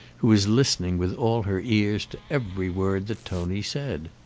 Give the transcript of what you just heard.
who was listening with all her ears to every word that tony said.